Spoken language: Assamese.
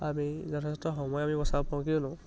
আমি যথেষ্ট সময় আমি বচাব পাৰোঁ কিয়নো